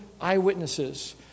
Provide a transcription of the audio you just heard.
eyewitnesses